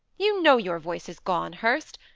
you know your voice is gone, hurst.